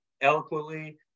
eloquently